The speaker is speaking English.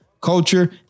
culture